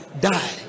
Die